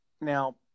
Now